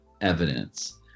evidence